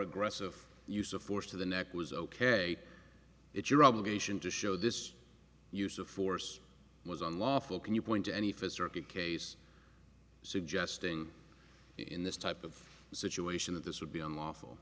aggressive use of force to the neck was ok it's your obligation to show this use of force was unlawful can you point to any physical case suggesting in this type of situation that this would be unlawful